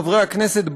חברי הכנסת,